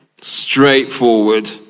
straightforward